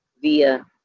via